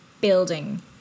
building